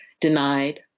denied